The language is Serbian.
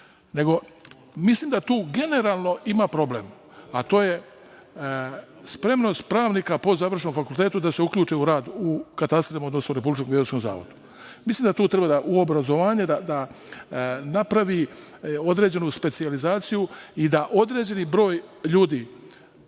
Mislim da tu generalno ima problem, a to je spremnost pravnika po završenom fakultetu da se uključe u rad u katastrima, odnosno u Republičkom geodetskom zavodu. Mislim da tu treba obrazovanje da napravi određenu specijalizaciju i da određeni broj ljudi